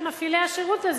של מפעילי השירות הזה.